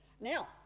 Now